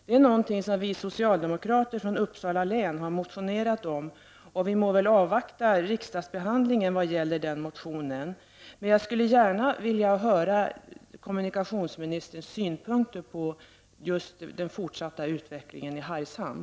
Det är någonting som vi socialdemokrater från Uppsala län har motionerat om, och vi må väl avvakta riksdagsbehandlingen av den motionen. Jag skulle gärna vilja få kommunikationsministerns synpunkter på den fortsatta utvecklingen i Hargshamn.